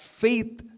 faith